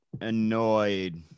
annoyed